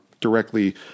directly